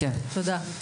תודה.